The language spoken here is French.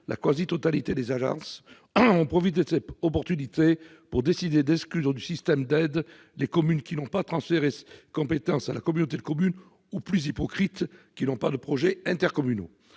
la quasi-totalité des agences ont profité de cette opportunité pour décider d'exclure du système d'aides les communes qui n'ont pas transféré ces compétences à la communauté de communes ou, plus hypocrite, qui n'ont pas de projets intercommunaux.